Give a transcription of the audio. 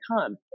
come